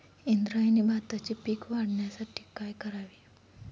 इंद्रायणी भाताचे पीक वाढण्यासाठी काय करावे?